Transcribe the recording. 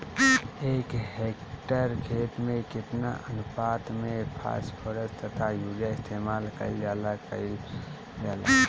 एक हेक्टयर खेत में केतना अनुपात में फासफोरस तथा यूरीया इस्तेमाल कईल जाला कईल जाला?